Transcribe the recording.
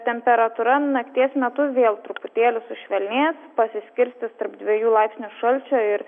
temperatūra nakties metu vėl truputėlį sušvelnės pasiskirstys tarp dviejų laipsnių šalčio ir